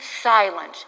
silent